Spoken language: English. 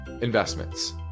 investments